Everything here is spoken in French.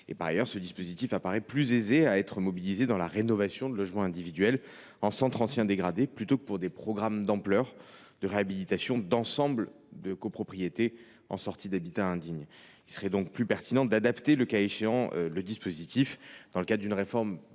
2026. Ce dispositif apparaît plus aisé à être mobilisé pour la rénovation de logements individuels en centre ancien dégradé plutôt que pour des programmes d’ampleur de réhabilitation d’ensemble de copropriétés en sortie d’habitat indigne. Il serait plus pertinent d’adapter le dispositif dans le cadre d’une réforme plus